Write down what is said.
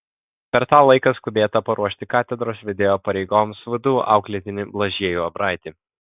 per tą laiką skubėta paruošti katedros vedėjo pareigoms vdu auklėtinį blažiejų abraitį